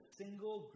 single